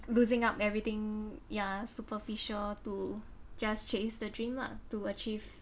losing up everything ya superficial to just chase the dream lah to achieve